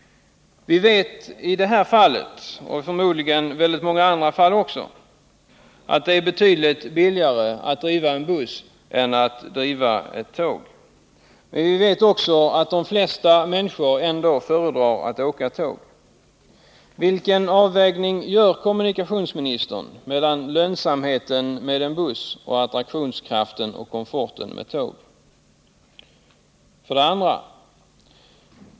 Vi vet i det här fallet — och förmodligen väldigt många andra fall också — att det är betydligt billigare att driva en buss än att driva ett tåg. Men vi vet också att de flesta människor ändå föredrar att åka tåg. Vilken avvägning gör kommunikationsministern mellan lönsamheten med en buss och attraktionskraften och komforten hos ett tåg? 2.